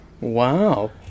Wow